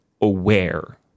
aware